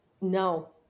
no